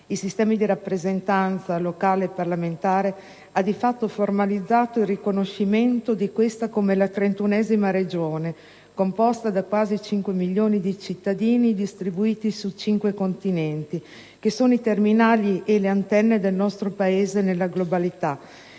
I sistemi di rappresentanza locale e parlamentare hanno di fatto formalizzato il riconoscimento di questa come la ventunesima regione, composta da quasi cinque milioni di cittadini distribuiti su cinque continenti, che sono i terminali e le antenne del nostro Paese nella globalità.